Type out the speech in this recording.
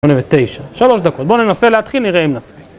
3 דקות, בואו ננסה להתחיל נראה אם נספיק.